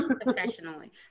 professionally